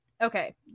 okay